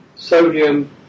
Sodium